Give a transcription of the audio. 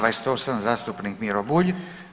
28. zastupnik Miro Bulj.